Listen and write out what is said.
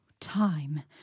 Time